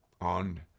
on